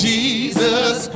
Jesus